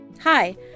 Hi